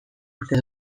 uste